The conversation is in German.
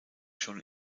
schon